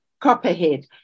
Copperhead